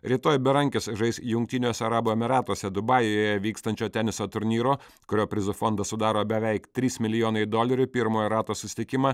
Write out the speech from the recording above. rytoj berankis žais jungtiniuose arabų emyratuose dubajuje vykstančio teniso turnyro kurio prizų fondą sudaro beveik trys milijonai dolerių pirmojo rato susitikimą